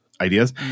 ideas